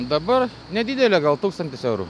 dabar nedidelė gal tūkstantis eurų